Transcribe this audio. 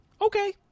okay